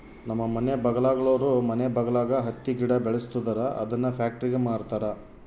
ನಮ್ಮ ಮನೆ ಬಗಲಾಗುಳೋರು ಮನೆ ಬಗಲಾಗ ಹತ್ತಿ ಗಿಡ ಬೆಳುಸ್ತದರ ಅದುನ್ನ ಪ್ಯಾಕ್ಟರಿಗೆ ಮಾರ್ತಾರ